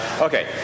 Okay